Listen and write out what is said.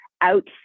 out